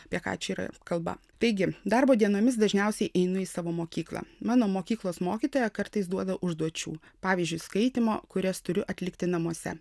apie ką čia yra kalba taigi darbo dienomis dažniausiai einu į savo mokyklą mano mokyklos mokytoja kartais duoda užduočių pavyzdžiui skaitymo kurias turiu atlikti namuose